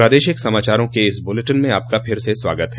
प्रादेशिक समाचारों के इस बुलेटिन में आपका फिर से स्वागत है